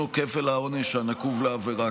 דינו כפל העונש הנקוב לעבירה.